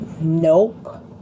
Nope